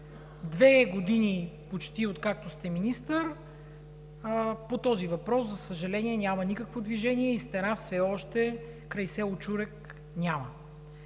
две години откакто сте министър, по този въпрос, за съжаление, няма никакво движение и стена край село Чурек все